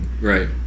right